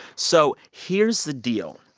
so here's the deal.